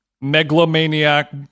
megalomaniac